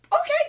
Okay